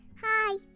hi